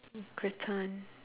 gratin